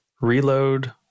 Reload